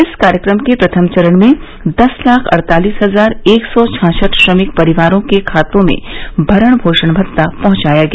इस कार्यक्रम के प्रथम चरण में दस ताख अड़तालीस हजार एक सौ छाछठ श्रमिक परिवारों के खाते में भरण पोषण भत्ता पहंचाया गया